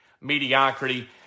mediocrity